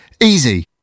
Easy